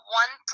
one